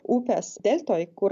upės deltoj kur